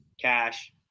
cash